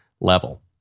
level